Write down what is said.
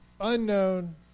unknown